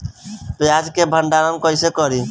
प्याज के भंडारन कईसे करी?